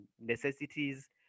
necessities